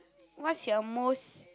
what's your most